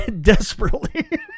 Desperately